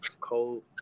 cold